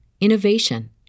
innovation